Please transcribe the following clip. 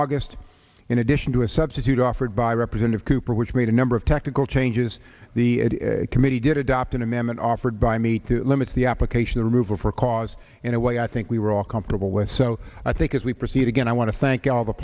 august in addition to a substitute offered by representative cooper which made a number of technical changes the committee did adopt an amendment offered by me to limit the application removal for cause in a way i think we were all comfortable with so i think as we proceed again i want to thank all the